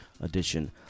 edition